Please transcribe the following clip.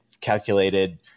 calculated